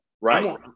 Right